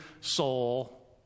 soul